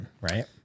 right